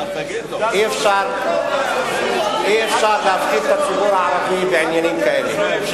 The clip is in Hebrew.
אי-אפשר להפחיד את הציבור הערבי בעניינים כאלה.